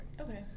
Okay